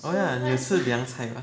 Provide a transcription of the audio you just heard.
oh ya 你的是凉菜 [what]